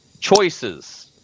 Choices